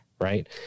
right